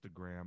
Instagram